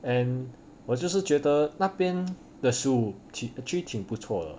and 我就是觉得那边的食物 actually 挺不错的